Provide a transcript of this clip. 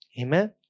Amen